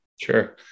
Sure